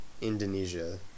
Indonesia